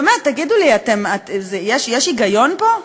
באמת, תגידו לי אתם, יש היגיון פה?